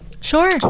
Sure